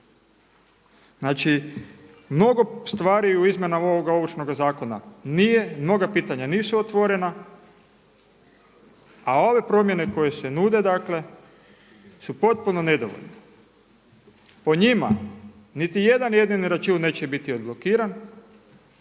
Znači mnogo stvari u izmjenama ovoga Ovršnoga zakona nije, mnoga pitanja nisu otvorena, a ove promjene koje se nude dakle su potpuno nedovoljne. Po njima niti jedan jedini račun neće biti odblokiran,